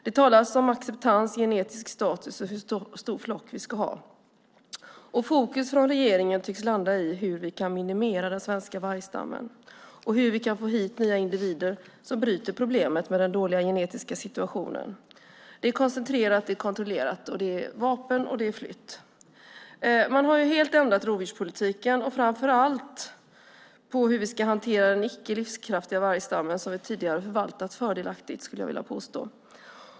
Det talas om acceptans, genetisk status och hur stort flock vi ska ha. Fokus från regeringen tycks landa i hur vi kan minimera den svenska vargstammen och hur vi kan få hit nya individer som bryter den dåliga genetiska situationen, som varit ett problem. Det är koncentrerat och kontrollerat, det är vapen och flytt. Man har helt ändrat rovdjurspolitiken, framför allt hur vi ska hantera den icke livskraftiga vargstammen som vi tidigare förvaltat fördelaktigt, skulle jag vilja påstå.